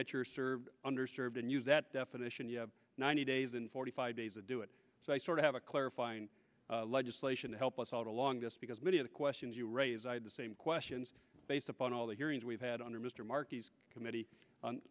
at your survey under served and use that definition you have ninety days and forty five days to do it so i sorta have a clarifying legislation to help us all the longest because many of the questions you raise i had the same questions based upon all the hearings we've had under mr marquis's committee